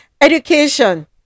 Education